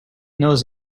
knows